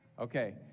Okay